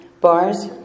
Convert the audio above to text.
bars